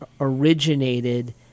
originated